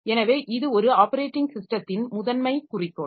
எனவே இது ஒரு ஆப்பரேட்டிங் ஸிஸ்டத்தின் முதன்மை குறிக்கோள்